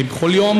ובכל יום